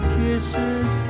kisses